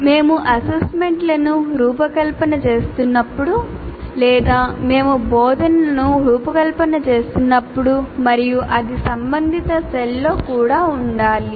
మేము అసెస్మెంట్లను రూపకల్పన చేస్తున్నప్పుడు లేదా మేము బోధనను రూపకల్పన చేస్తున్నప్పుడు మరియు అది సంబంధిత సెల్లో కూడా ఉండాలి